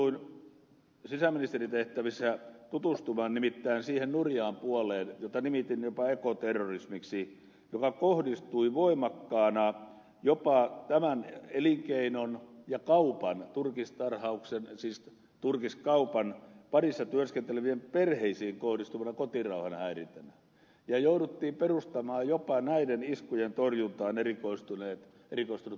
jouduin sisäministerin tehtävissä tutustumaan nimittäin siihen nurjaan puoleen jota nimitin jopa ekoterrorismiksi ja joka kohdistui voimakkaana jopa tämän elinkeinon ja turkiskaupan parissa työskentelevien perheisiin kotirauhan häirintänä ja jouduttiin perustamaan jopa näiden iskujen torjuntaan erikoistunut poliisiyksikkö